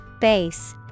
Base